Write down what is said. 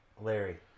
Larry